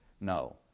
No